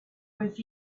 was